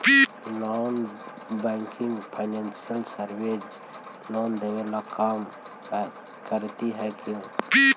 Non banking financial services loan देने का काम करती है क्यू?